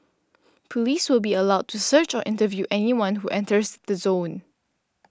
police will be allowed to search or interview anyone who enters the zone